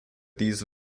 these